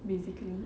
basically